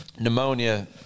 pneumonia